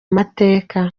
mateka